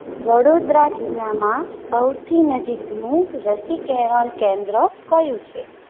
વડોદરા જિલ્લામાં સૌથી નજીકનું રસીકરણ કેન્દ્ર કયું છે